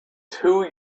two